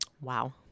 wow